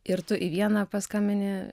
ir tu į vieną paskambini